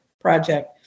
project